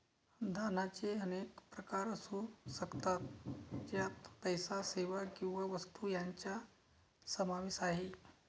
दानाचे अनेक प्रकार असू शकतात, ज्यात पैसा, सेवा किंवा वस्तू यांचा समावेश आहे